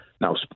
Now